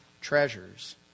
treasures